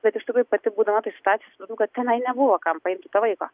bet iš tikrųjų pati būdama toj situacijoj kad tenai nebuvo kam paimti to vaiko